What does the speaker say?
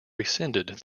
rescinded